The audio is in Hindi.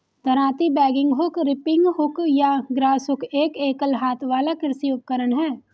दरांती, बैगिंग हुक, रीपिंग हुक या ग्रासहुक एक एकल हाथ वाला कृषि उपकरण है